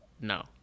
No